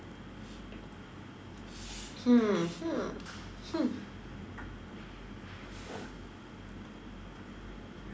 hmm hmm hmm